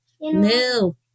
No